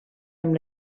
amb